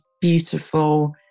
beautiful